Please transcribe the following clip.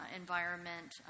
environment